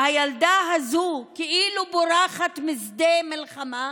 הילדה הזאת, שכאילו בורחת משדה מלחמה,